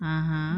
(uh huh)